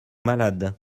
malades